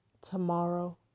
tomorrow